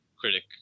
critic